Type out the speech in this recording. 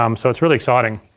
um so it's really exciting.